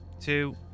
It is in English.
two